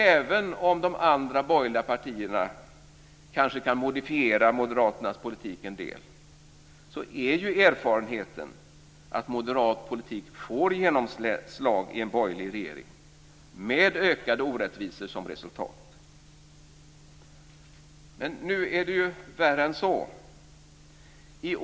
Även om de andra borgerliga partierna kan modifiera moderaternas politik en del är ju erfarenheten att moderat politik får genomslag i en borgerlig regering med ökade orättvisor som resultat. Men det är värre än så.